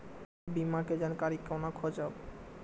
बीमा के जानकारी कोना खोजब?